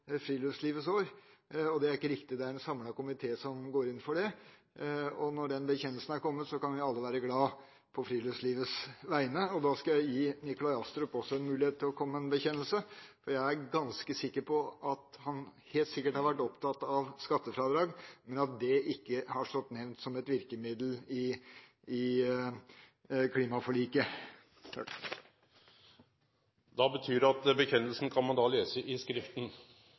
sa at opposisjonen ikke var med på ett Friluftslivets år. Det er ikke riktig. Det er en samlet komité som går inn for det. Når den bekjennelsen er kommet, kan vi alle være glad på friluftslivets vegne. Da skal jeg også gi Nikolai Astrup en mulighet til å komme med en bekjennelse. Jeg er ganske sikker på at han har vært opptatt av skattefradrag, men at det ikke har stått nevnt som et virkemiddel i klimaforliket. Vedkjenninga kan ein då lese i